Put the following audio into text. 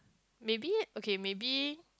maybe okay maybe